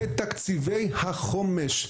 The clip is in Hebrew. "בתקציבי החומש".